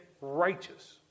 righteous